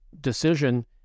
decision